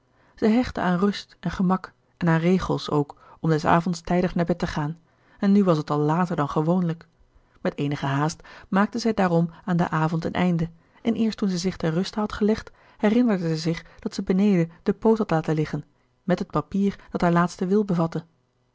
zij hechtte aan rust en gemak en aan regels ook om des avonds tijdig naar bed te gaan en nu was het al later dan gewoonlijk met eenige haast maakte zij daarom aan den avond een einde en eerst toen zij zich ter ruste had gelegd herinnerde zij zich dat zij beneden den poot had laten liggen met het papier dat haar laatsten wil bevatte